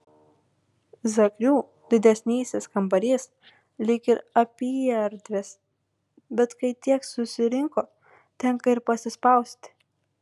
zakrių didesnysis kambarys lyg ir apyerdvis bet kai tiek susirinko tenka ir pasispausti